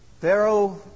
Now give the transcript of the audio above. Pharaoh